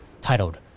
titled